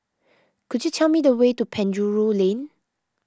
could you tell me the way to Penjuru Lane